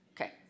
Okay